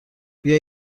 بیا